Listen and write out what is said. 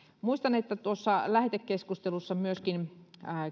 muistan että tuossa lähetekeskustelussa myöskin